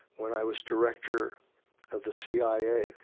when i was director of the cia,